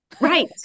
right